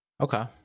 Okay